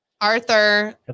Arthur